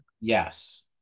yes